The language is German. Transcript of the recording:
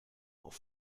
auf